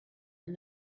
and